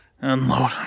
Unload